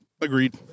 agreed